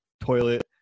toilet